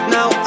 Now